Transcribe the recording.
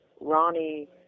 Ronnie